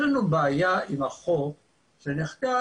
יש לנו בעיה עם החוק שנחקק,